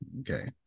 Okay